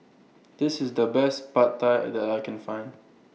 This IS The Best Pad Thai that I Can Find